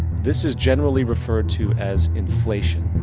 this is generally referred to as inflation.